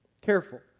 Careful